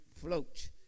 float